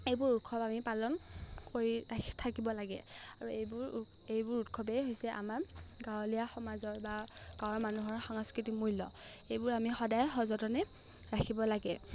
এইবোৰ উৎসৱ আমি পালন কৰি ৰাখি থাকিব লাগে আৰু এইবোৰ এইবোৰ উৎসৱেই হৈছে আমাৰ গাঁৱলীয়া সমাজৰ বা গাঁৱৰ মানুহৰ সাংস্কৃতিক মূল্য এইবোৰ আমি সদায় সযতনে ৰাখিব লাগে